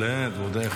בהחלט, ועוד איך.